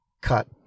cut